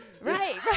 Right